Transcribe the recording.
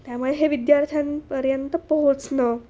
त्यामुळे हे विद्यार्थ्यांपर्यंत पोहोचणं